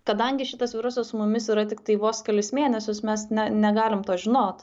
kadangi šitas virusas su mumis yra tiktai vos kelis mėnesius mes ne negalim to žinot